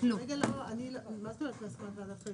מה זאת אומרת "בהסכמת ועדת חריגים"?